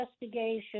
investigation